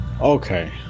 Okay